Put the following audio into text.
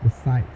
the sides